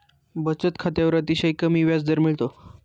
बचत खात्यावर अतिशय कमी व्याजदर मिळतो